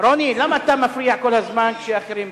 רוני, למה אתה מפריע כל הזמן כשאחרים מדברים?